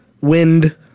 wind